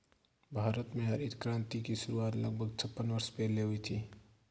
भारत में हरित क्रांति की शुरुआत लगभग छप्पन वर्ष पहले हुई थी